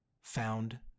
found